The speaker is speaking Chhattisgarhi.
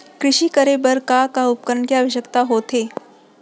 कृषि करे बर का का उपकरण के आवश्यकता होथे?